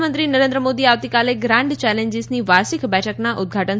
પ્રધાનમંત્રી નરેન્દ્ર મોદી આવતીકાલે ગ્રાન્ડ ચેલેન્જીસની વાર્ષિક બેઠકના ઉદ્દઘાટન